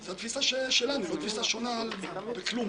קיש, זה לא מכובד,